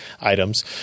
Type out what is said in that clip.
items